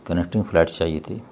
connecting flight چاہیے تھی